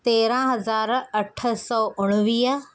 तेरहं हज़ार अठ सौ उणिवीह